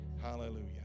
hallelujah